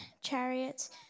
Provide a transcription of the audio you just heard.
chariots